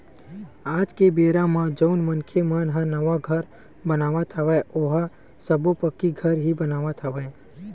आज के बेरा म जउन मनखे मन ह नवा घर बनावत हवय ओहा सब्बो पक्की घर ही बनावत हवय